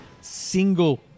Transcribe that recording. single